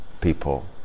people